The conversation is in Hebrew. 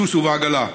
בסוס ובעגלה.